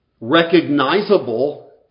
Recognizable